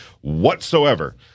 whatsoever